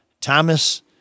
Thomas